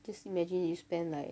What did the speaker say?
just imagine you spend like